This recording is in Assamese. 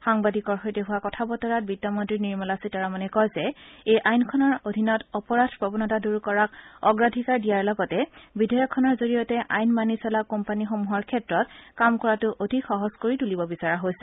সাংবাদিকৰ সৈতে হোৱা কথা বতৰাত বিত্ত মন্ত্ৰী নিৰ্মলা সীতাৰমণে কয় যে এই আইনখনৰ অধীনত অপৰাধ প্ৰৱণতা দূৰ কৰাক অগ্ৰাধিকাৰ দিয়াৰ লগতে বিধেয়কখনৰ জৰিয়তে আইন মানি চলা কৰ্পোৰেটসমূহৰ ক্ষেত্ৰত কাম কৰাটো অধিক সহজ কৰি তুলিব বিচৰা হৈছে